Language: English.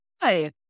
Hi